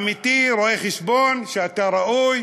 עמיתי, רואה-חשבון, שאתה ראוי,